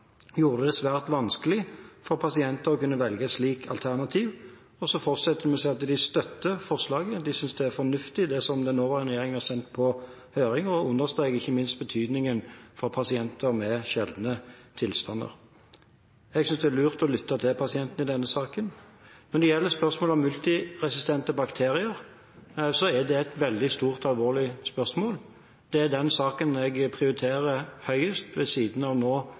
gjorde det svært vanskelig for pasienter å kunne velge et slikt alternativ. De fortsetter med å si at de støtter forslaget. De synes det er fornuftig, det som den nåværende regjeringen har sendt på høring, og understreker ikke minst betydningen for pasienter med sjeldne tilstander. Jeg synes det er lurt å lytte til pasientene i denne saken. Når det gjelder spørsmålet om multiresistente bakterier, er det et veldig stort og alvorlig spørsmål. Ved siden av den aktuelle situasjonen knyttet til ebola i Vest-Afrika er det den saken jeg prioriterer høyest